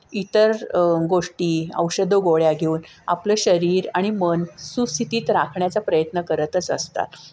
इतर गोष्टी औषध गोळ्या घेऊन आपलं शरीर आणि मन सुस्थितीत राखण्याचा प्रयत्न करतच असतात